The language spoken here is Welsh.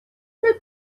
mae